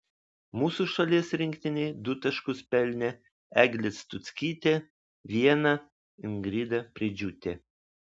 mūsų šalies rinktinei du taškus pelnė eglė stuckytė vieną ingrida preidžiūtė